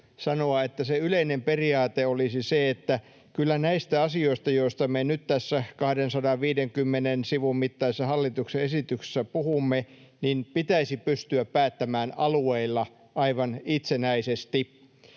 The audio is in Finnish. että se yleinen periaate olisi se, että kyllä näistä asioista, joista me nyt tässä 250 sivun mittaisessa hallituksen esityksessä puhumme, pitäisi pystyä päättämään alueilla aivan itsenäisesti.